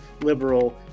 liberal